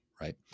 right